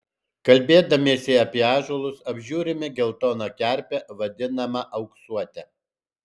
kalbėdamiesi apie ąžuolus apžiūrime geltoną kerpę vadinamą auksuote